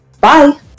bye